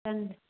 समझे